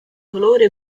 colore